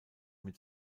mit